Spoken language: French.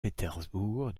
pétersbourg